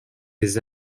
des